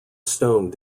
stone